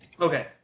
Okay